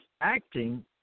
acting